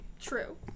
True